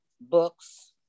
books